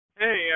Hey